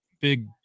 big